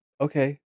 okay